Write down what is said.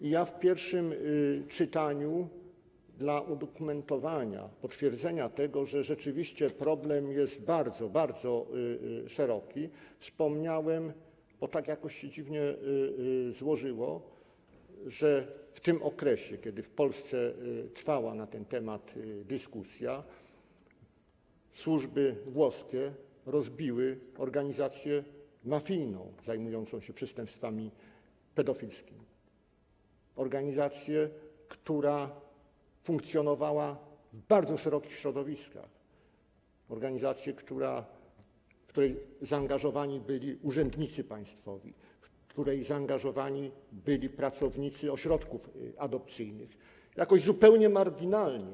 I ja w pierwszym czytaniu dla udokumentowania, potwierdzenia tego, że rzeczywiście problem jest bardzo, bardzo szeroki, wspomniałem o tym - bo tak to jakoś się dziwnie złożyło, że w tym okresie, kiedy w Polsce trwała na ten temat dyskusja, służby włoskie rozbiły organizację mafijną zajmującą się przestępstwami pedofilskimi, organizację, która funkcjonowała w bardzo wielu środowiskach, organizację, w którą zaangażowani byli urzędnicy państwowi, w którą zaangażowani byli pracownicy ośrodków adopcyjnych - jakoś zupełnie marginalnie.